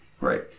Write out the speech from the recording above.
right